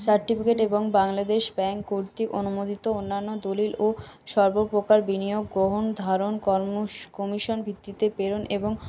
certificate এবং Bangladesh bank কর্তৃক অনুমোদিত অন্যান্য দলিল ও সর্বপ্রকার বিনিয়োগ গ্রহণ ধারণ কমিশন ভিত্তিতে প্রেরণ এবং